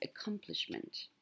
accomplishment